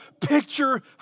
picture